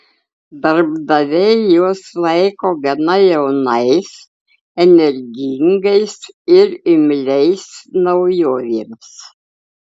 darbdaviai juos laiko gana jaunais energingais ir imliais naujovėms